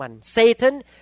Satan